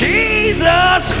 Jesus